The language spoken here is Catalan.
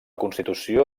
constitució